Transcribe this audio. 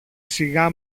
σιγά